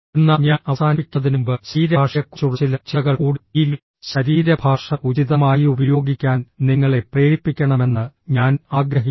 എന്നാൽ ഞാൻ അവസാനിപ്പിക്കുന്നതിനുമുമ്പ് ശരീരഭാഷയെക്കുറിച്ചുള്ള ചില ചിന്തകൾ കൂടി ഈ ശരീരഭാഷ ഉചിതമായി ഉപയോഗിക്കാൻ നിങ്ങളെ പ്രേരിപ്പിക്കണമെന്ന് ഞാൻ ആഗ്രഹിക്കുന്നു